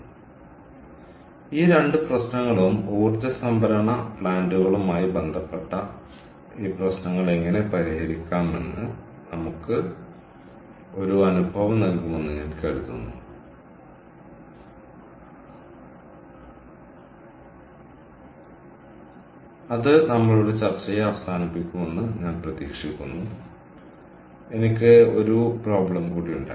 അതിനാൽ ഈ രണ്ട് പ്രശ്നങ്ങളും ഊർജ്ജ സംഭരണ പ്ലാന്റുകളുമായി ബന്ധപ്പെട്ട ഈ പ്രശ്നങ്ങൾ എങ്ങനെ പരിഹരിക്കാമെന്ന് നമ്മൾക്ക് ഒരു അനുഭവം നൽകുമെന്ന് ഞാൻ കരുതുന്നു അത് നമ്മളുടെ ചർച്ചയെ അവസാനിപ്പിക്കുമെന്ന് ഞാൻ പ്രതീക്ഷിക്കുന്നു എനിക്ക് ഒരു പ്രശ്നം കൂടി ഉണ്ടായിരുന്നു